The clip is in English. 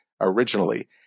originally